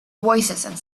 voicesand